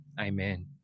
Amen